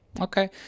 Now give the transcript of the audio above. Okay